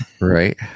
Right